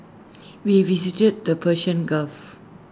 we visited the Persian gulf